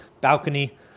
balcony